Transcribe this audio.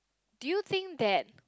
do you think that